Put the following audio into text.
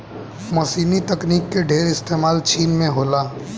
मशीनी तकनीक के ढेर इस्तेमाल चीन में होला